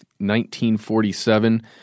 1947